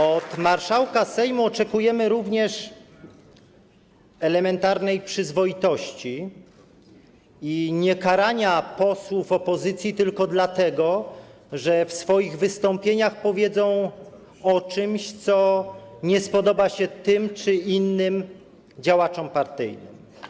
Od marszałka Sejmu oczekujemy również elementarnej przyzwoitości i niekarania posłów opozycji tylko dlatego, że w swoich wystąpieniach powiedzą o czymś, co nie spodoba się tym czy innym działaczom partyjnym.